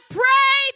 pray